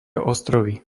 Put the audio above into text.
ostrovy